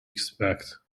expect